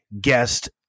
guest